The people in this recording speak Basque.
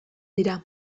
dira